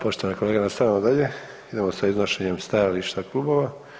poštovane kolege nastavljamo dalje, idemo sa iznošenjem stajališta klubova.